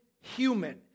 human